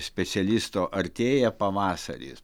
specialisto artėja pavasaris